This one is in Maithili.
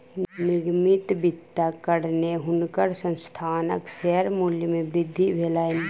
निगमित वित्तक कारणेँ हुनकर संस्थानक शेयर मूल्य मे वृद्धि भेलैन